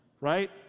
right